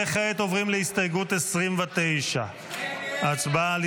וכעת עוברים להסתייגות 29. הצבעה על